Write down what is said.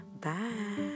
bye